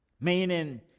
Meaning